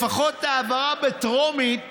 לפחות העברה בטרומית